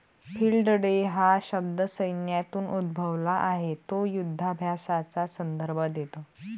field day हा शब्द सैन्यातून उद्भवला आहे तो युधाभ्यासाचा संदर्भ देतो